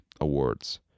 awards